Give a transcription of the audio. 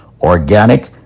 organic